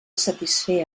satisfer